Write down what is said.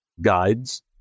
guides